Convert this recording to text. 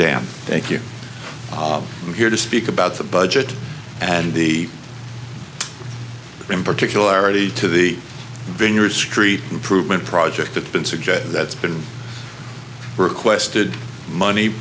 dam thank you i'm here to speak about the budget and the in particular are ready to the vineyard street improvement project it's been suggested that's been requested money